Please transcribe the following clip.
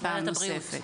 ועדת הבריאות.